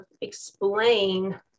explain